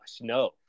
no